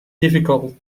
difficult